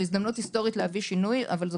זו הזדמנות היסטורית להביא שינוי אבל זו